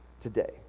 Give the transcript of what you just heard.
today